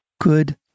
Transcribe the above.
Good